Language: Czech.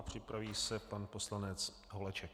Připraví se pan poslanec Holeček.